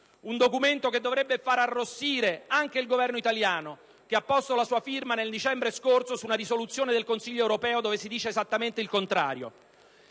Un documento che dovrebbe far arrossire anche il Governo italiano, che ha posto la sua firma nel dicembre scorso su una risoluzione del Consiglio europeo dove si dice esattamente il contrario.